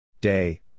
Day